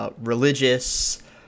religious